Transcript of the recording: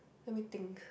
let me think